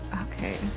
Okay